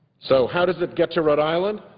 so how does get to rhode island?